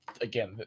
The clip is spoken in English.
again